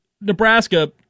Nebraska